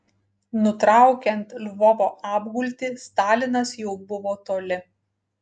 nutraukiant lvovo apgultį stalinas jau buvo toli